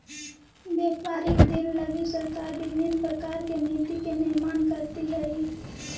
व्यापारिक दिन लगी सरकार विभिन्न प्रकार के नीति के निर्माण करीत हई